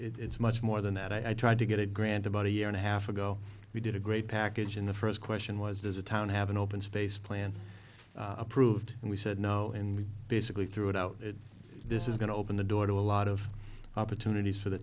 it's much more than that i tried to get it grant about a year and a half ago we did a great package in the first question was does a town have an open space plan approved and we said no and we basically threw it out that this is going to open the door to a lot of opportunities for the